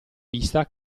vista